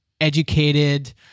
educated